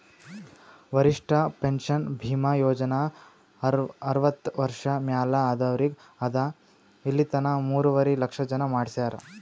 ವರಿಷ್ಠ ಪೆನ್ಷನ್ ಭೀಮಾ ಯೋಜನಾ ಅರ್ವತ್ತ ವರ್ಷ ಮ್ಯಾಲ ಆದವ್ರಿಗ್ ಅದಾ ಇಲಿತನ ಮೂರುವರಿ ಲಕ್ಷ ಜನ ಮಾಡಿಸ್ಯಾರ್